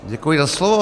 Děkuji za slovo.